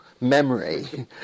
memory